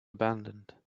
abandoned